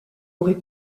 aurait